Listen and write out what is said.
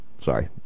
Sorry